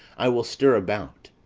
i will stir about,